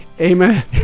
Amen